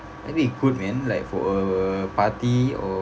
I think it could man for a party or